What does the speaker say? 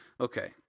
okay